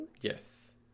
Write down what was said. yes